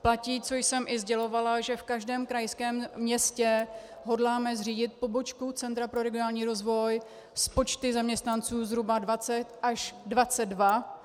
Platí, co jsem i sdělovala, že v každém krajském městě hodláme zřídit pobočku Centra pro regionální rozvoj s počty zaměstnanců zhruba 20 22.